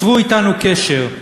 צרו אתנו קשר".